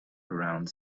around